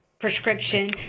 Prescription